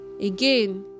Again